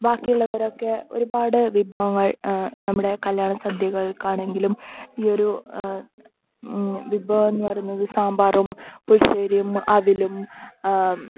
ബാക്കിയുള്ളവരൊക്കെ ഒരുപാട് വിഭവങ്ങൾ നമ്മുടെ കല്യാണ സദ്യകൾക്കാണെങ്കിലും ഈയൊരു വിഭവം എന്നു പറയുന്നത് സാമ്പാർ പുളിശ്ശേരിയും അവിലും